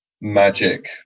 magic